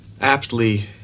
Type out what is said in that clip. aptly